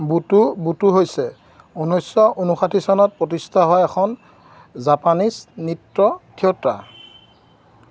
বুটো butoh হৈছে ঊনৈছশ ঊনষাঠী চনত প্ৰতিষ্ঠা হোৱা এখন জাপানীজ নৃত্য থিয়েটাৰ